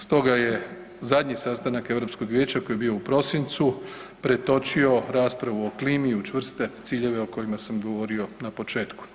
Stoga je zadnji sastanak Europskog vijeća koji je bio u prosincu pretočio raspravu o klimi i u čvrste ciljeve o kojima sam govorio na početku.